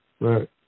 Right